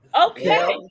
okay